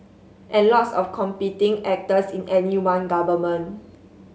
and lots of competing actors in any one government